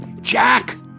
Jack